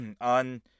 on